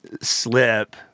slip